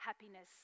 happiness